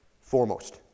Foremost